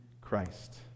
Christ